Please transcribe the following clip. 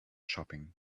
shopping